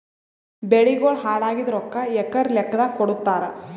ಬೆಳಿಗೋಳ ಹಾಳಾಗಿದ ರೊಕ್ಕಾ ಎಕರ ಲೆಕ್ಕಾದಾಗ ಕೊಡುತ್ತಾರ?